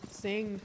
sing